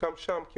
של בתי חולים?